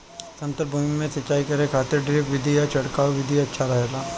समतल भूमि में सिंचाई करे खातिर ड्रिप विधि या छिड़काव विधि अच्छा रहेला?